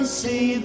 see